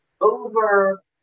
over